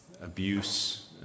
abuse